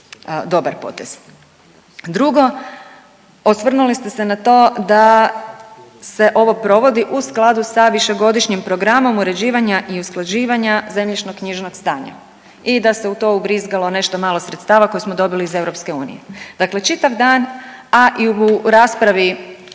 dobar potez. Drugo, osvrnuli ste se na to da se ovo provodi u skladu sa višegodišnjim programom uređivanja i usklađivanja zemljišno-knjižnog stanja i da se u to ubrizgalo nešto malo sredstava koje smo dobili iz EU. Dakle, čitav dan a i u raspravi